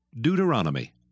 Deuteronomy